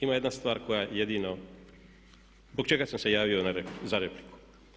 Ima jedna stvar koja jedino, zbog čega sam se javio za repliku.